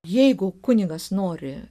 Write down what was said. jeigu kunigas nori